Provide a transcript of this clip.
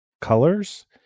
colors